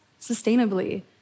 sustainably